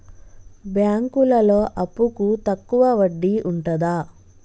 బ్యాంకులలో అప్పుకు తక్కువ వడ్డీ ఉంటదా?